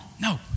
No